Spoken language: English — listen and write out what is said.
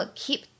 keep